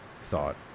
thought